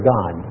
God